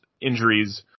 injuries